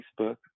Facebook